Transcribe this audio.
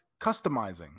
customizing